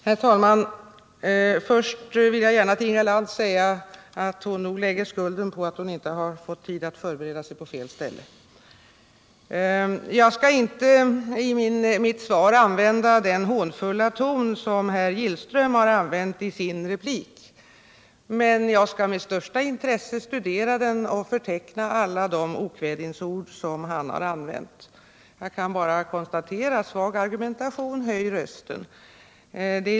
Herr talman! Först vill jag till Inga Lantz säga att hon nog lägger skulden för att hon inte fått tid att förbereda sig på fel ställe. Jag skall i mitt svar inte använda samma hånfulla ton som herr Gillström gjorde i sin replik. Men med största intresse skall jag studera den och förteckna alla de okvädinsord som han använt. Jag kan bara konstatera: svag argumentation — höj rösten.